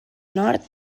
nord